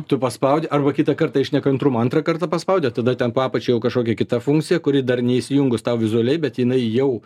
tu paspaudi arba kitą kartą iš nekantrumo antrą kartą paspaudi o tada ten po apačia jau kažkokia kita funkcija kuri dar neįsijungus tau vizualiai bet jinai jau